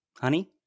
Honey